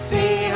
See